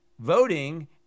voting